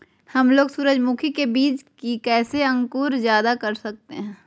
हमलोग सूरजमुखी के बिज की कैसे अंकुर जायदा कर सकते हैं?